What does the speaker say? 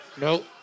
Nope